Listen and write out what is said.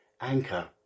anchor